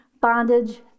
bondage